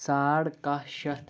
ساڑ کاہ شیٚتھ